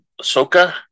Ahsoka